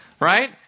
right